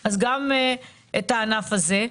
גם את הענף הזה,